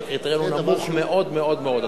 כך שהקריטריון הוא נמוך מאוד מאוד מאוד.